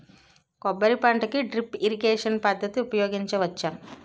కొబ్బరి పంట కి డ్రిప్ ఇరిగేషన్ పద్ధతి ఉపయగించవచ్చా?